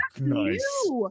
nice